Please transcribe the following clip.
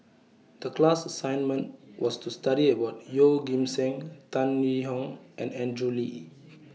The class assignment was to study about Yeoh Ghim Seng Tan Yee Hong and Andrew Lee